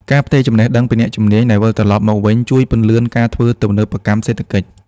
ការផ្ទេរចំណេះដឹង ពីអ្នកជំនាញដែលវិលត្រឡប់មកវិញ ជួយពន្លឿនការធ្វើទំនើបកម្មសេដ្ឋកិច្ច។